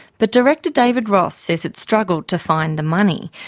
but director david ross says it struggled to find the money.